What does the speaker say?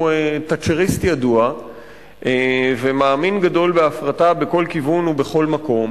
הוא תאצ'ריסט ידוע ומאמין גדול בהפרטה בכל כיוון ובכל מקום.